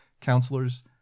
counselors